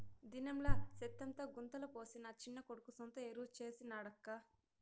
దినంలా సెత్తంతా గుంతల పోసి నా చిన్న కొడుకు సొంత ఎరువు చేసి నాడక్కా